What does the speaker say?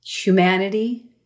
humanity